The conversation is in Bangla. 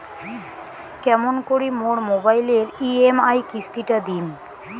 কেমন করি মোর মোবাইলের ই.এম.আই কিস্তি টা দিম?